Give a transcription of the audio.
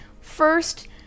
first